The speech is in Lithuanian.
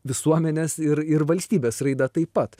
visuomenės ir ir valstybės raidą taip pat